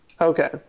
okay